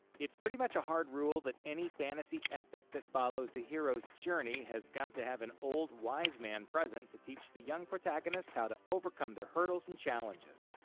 it's pretty much a hard rule that any fantasy epic that follows the hero's journey has got to have an old, wise man present to teach the young protagonist how to overcome their hurdles and challenges.